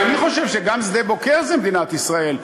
גם אני חושב, וגם שדה-בוקר זה מדינת ישראל,